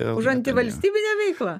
už antivalstybinę veiklą